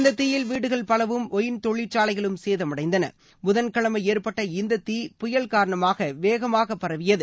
இந்த தீயில் வீடுகள் பலவும் ஒயின் தொழிற்சாலைகளும் சேதமடைந்தன புதன்கிழமை ஏற்பட்ட இந்தத் தீ புயல் காரணமாக வேகமாக பரவியது